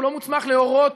הוא לא מוסמך להורות